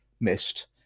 missed